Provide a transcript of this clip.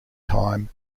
time